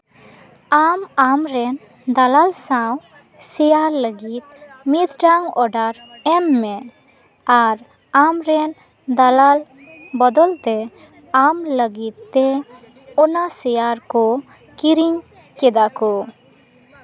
ᱟᱢ ᱟᱢ ᱨᱮᱱ ᱫᱟᱞᱟᱞ ᱥᱟᱶ ᱥᱮᱭᱟᱨ ᱞᱟᱹᱜᱤᱫ ᱢᱤᱫᱴᱟᱱ ᱚᱰᱟᱨ ᱮᱢ ᱢᱮ ᱟᱨ ᱟᱢ ᱨᱮᱱ ᱫᱟᱞᱟᱞ ᱵᱚᱫᱚᱞ ᱛᱮ ᱟᱢ ᱞᱟᱹᱜᱤᱫ ᱛᱮ ᱚᱱᱟ ᱥᱮᱭᱟᱨ ᱠᱚ ᱠᱤᱨᱤᱧ ᱠᱮᱫᱟ ᱠᱚ